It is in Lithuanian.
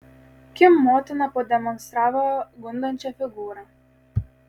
kim motina pademonstravo gundančią figūrą